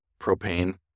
Propane